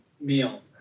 meal